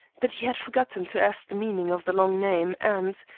that he had forgotten to ask the meaning of the long name and,